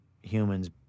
humans